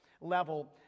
level